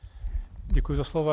Děkuji za slovo.